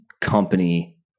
company